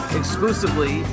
exclusively